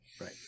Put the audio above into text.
Right